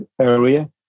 area